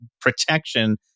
protection